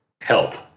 help